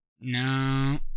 No